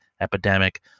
epidemic